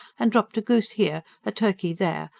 and dropped a goose here, a turkey there,